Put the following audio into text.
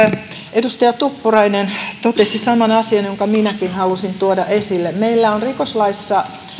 edustaja tuppurainen totesi saman asian jonka minäkin halusin tuoda esille meillä on rikoslaissa